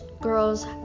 girls